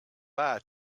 bye